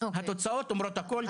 התוצאות אומרות הכל.